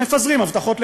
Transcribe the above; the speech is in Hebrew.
מפזרים הבטחות לכולם,